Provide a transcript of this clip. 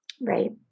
right